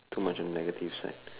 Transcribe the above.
too much on negative side